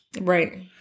Right